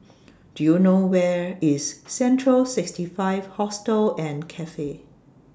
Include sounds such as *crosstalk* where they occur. Do YOU know Where IS *noise* Central SixtyFive Hostel and Cafe